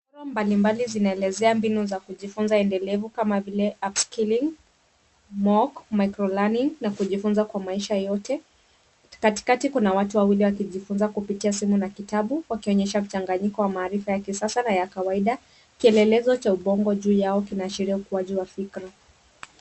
Mbalimbali zinaelezea mbinu za kujifunza endelevu kama vile upskilling, mock, microlearning na kujifunza kwa maisha yote. Katikati kuna watu wawili wakijifunza kupitia simu na kitabu wakionyesha mchanganyiko wa maarifa ya kisasa na ya kawaida kielelezo cha ubongo juu yao kinaashiria ukuaji wa fikra.